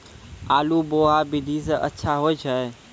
आलु बोहा विधि सै अच्छा होय छै?